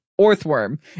earthworm